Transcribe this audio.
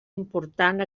important